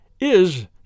is